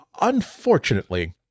Unfortunately